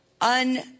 un-